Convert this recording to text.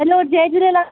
hello जय झूलेलाल